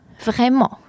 Vraiment